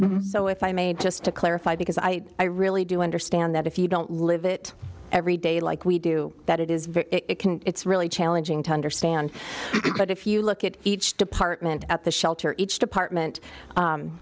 fundraisers so if i may just to clarify because i i really do understand that if you don't live it every day like we do that it is very it can it's really challenging to understand but if you look at each department at the shelter each department